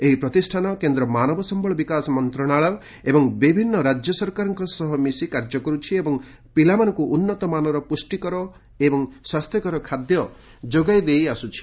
ଏହି ପ୍ରତିଷ୍ଠାନ କେନ୍ଦ୍ର ମାନବ ସମ୍ଭଳ ବିକାଶ ମନ୍ତ୍ରଣାଳୟ ଏବଂ ବିଭିନ୍ନ ରାଜ୍ୟ ସରକାରଙ୍କ ସହ ମିଶି କାର୍ଯ୍ୟ କରୁଛି ଏବଂ ପିଲାମାନଙ୍କୁ ଉନ୍ନତମାନର ପୁଷ୍ଟିକର ଏବଂ ସ୍ୱାସ୍ଥ୍ୟକର ଖାଦ୍ୟ ଯୋଗାଇ ଆସୁଛି